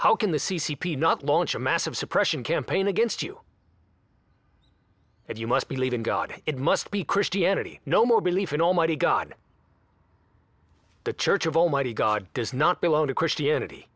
how can the c c p not launch a massive suppression campaign against you if you must believe in god it must be christianity no more believe in almighty god the church of almighty god does not belong to christianity